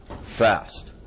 fast